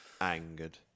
Angered